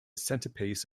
centerpiece